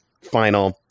final